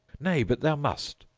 nay, but thou must.